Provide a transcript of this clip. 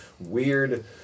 weird